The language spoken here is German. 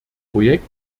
projekt